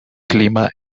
clima